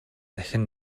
дахин